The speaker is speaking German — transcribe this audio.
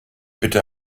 bitte